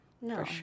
No